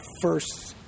first